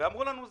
ואמרו לנו,